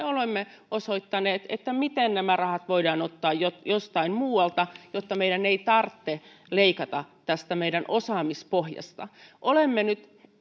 olemme osoittaneet miten nämä rahat voidaan ottaa jostain muualta jotta meidän ei tarvitse leikata tästä meidän osaamispohjastamme olemme nyt